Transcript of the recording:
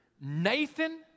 Nathan